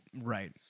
Right